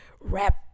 rap